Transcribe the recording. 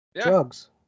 Drugs